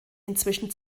inzwischen